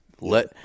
let